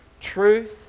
truth